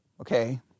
Okay